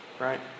right